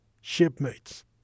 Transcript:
shipmates